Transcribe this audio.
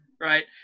right